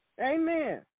Amen